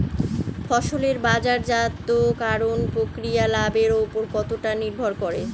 ফসলের বাজারজাত করণ প্রক্রিয়া লাভের উপর কতটা নির্ভর করে?